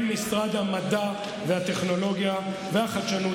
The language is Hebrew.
המדע והטכנולוגיה והחדשנות,